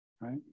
right